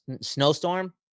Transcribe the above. snowstorm